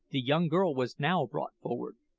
the young girl was now brought forward,